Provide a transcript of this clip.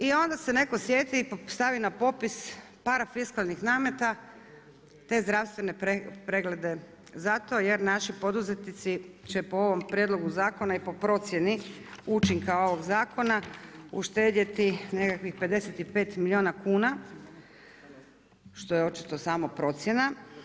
I onda se netko sjeti i stavi na popis parafiskalnih nameta te zdravstvene preglede zato jer naši poduzetnici će po ovom prijedlogu zakona i po procjeni učinka ovog zakona uštedjeti nekakvih 55 milijuna kuna što je očito samo procjena.